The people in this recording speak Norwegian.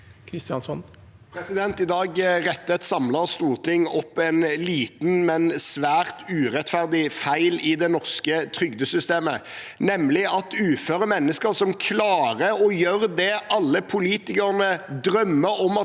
Kristjánsson (R) I dag retter et samlet storting opp en liten, men svært urettferdig feil i det norske trygdesystemet, nemlig at uføre mennesker som klarer å gjøre det alle politikerne drømmer om